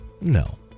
No